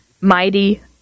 mighty